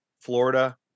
Florida